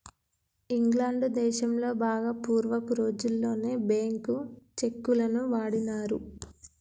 England దేశంలో బాగా పూర్వపు రోజుల్లోనే బ్యేంకు చెక్కులను వాడినారు